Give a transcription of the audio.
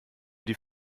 die